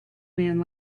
man